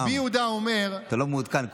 רם, אתה לא מעודכן.